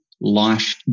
life